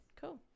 Cool